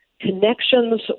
connections